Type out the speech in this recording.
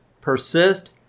persist